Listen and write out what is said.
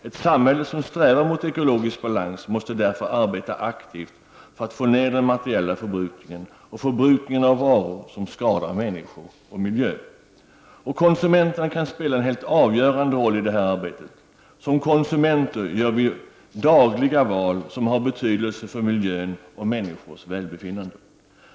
Ett samhälle som strävar mot ekologisk balans måste därför arbeta aktivt för att få ner den materiella förbrukningen och förbrukningen av varor som skadar människor och miljö. Konsumenterna kan spela en avgörande roll i detta arbete. Som konsumenter gör vi dagliga val som har betydelse för miljön och för människors välbefinnande.